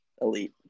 elite